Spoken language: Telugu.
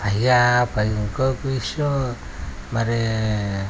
అయ్యా పై ఇంకొక విషయం మరి